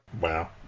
Wow